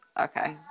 okay